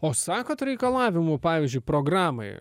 o sakot reikalavimų pavyzdžiui programai